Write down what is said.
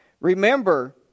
Remember